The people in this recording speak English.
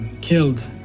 killed